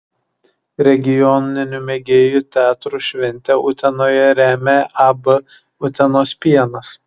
regioninių mėgėjų teatrų šventę utenoje remia ab utenos pienas